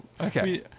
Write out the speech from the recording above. Okay